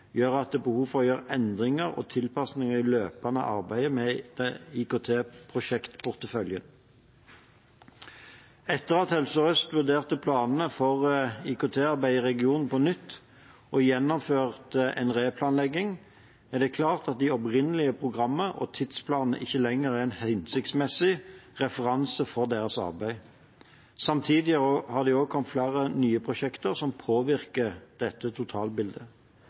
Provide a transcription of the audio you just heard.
gjør at det er behov for å gjøre endringer og tilpasninger i det løpende arbeidet med IKT-prosjektporteføljen. Etter at Helse Sør-Øst har vurdert planene for IKT-arbeidet i regionen på nytt og gjennomført en replanlegging, er det klart at de opprinnelige programmene og tidsplanene ikke lenger er en hensiktsmessig referanse for deres arbeid. Samtidig har det også kommet til flere nye prosjekter som påvirker totalbildet.